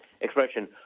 expression